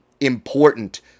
important